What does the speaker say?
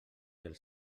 del